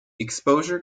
exposure